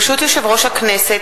ברשות יושב-ראש הכנסת,